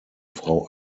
frau